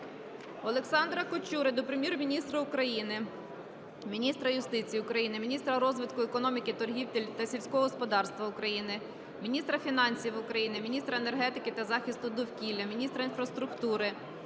Олександра Качури до Прем'єр-міністра України, міністра юстиції України, міністра розвитку економіки, торгівлі та сільського господарства України, міністра фінансів України, міністра енергетики та захисту довкілля, міністра інфраструктури,